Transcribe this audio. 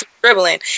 dribbling